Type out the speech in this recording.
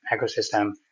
ecosystem